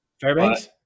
Fairbanks